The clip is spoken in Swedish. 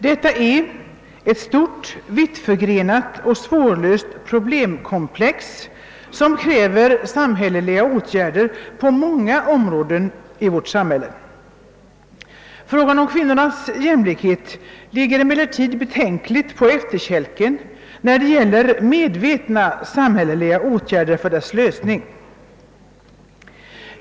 Detta är ett stort, vittförgrenat och svårlöst problemkomplex som kräver samhälleliga åtgärder på många områden i vårt samhälle. Frågan om kvinnornas jämlikhet med männen har emellertid kommit betänkligt på efterkälken när det gäller medvetna samhälleliga åtgärder för dess lösning.